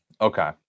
Okay